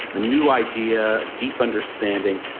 a new idea, deep understanding.